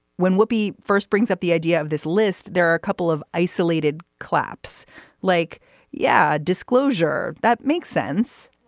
when would be first brings up the idea of this list. there are a couple of isolated claps like yeah disclosure that makes sense.